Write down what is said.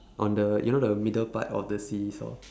on the you know the middle part of the seesaw